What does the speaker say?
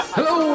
Hello